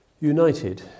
united